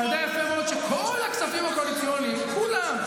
אתה יודע יפה מאוד שכל הכספים הקואליציוניים כולם,